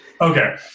Okay